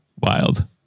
Wild